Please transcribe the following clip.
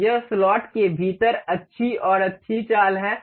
तो अब यह स्लॉट के भीतर अच्छी और अच्छी चाल है